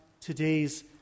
today's